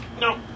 No